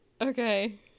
Okay